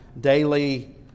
daily